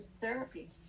therapy